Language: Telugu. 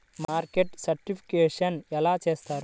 మార్కెట్ సర్టిఫికేషన్ ఎలా చేస్తారు?